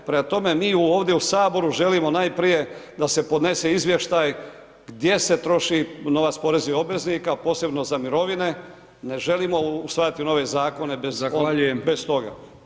Prema tome, mi ovdje u Saboru želimo najprije da se podnese izvještaj gdje se troši novac poreznih obveznika posebno za mirovine, ne želim usvajati nove zakone bez toga.